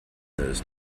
those